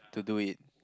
to do it